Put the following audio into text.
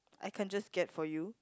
I can just get for you